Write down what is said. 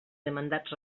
demandats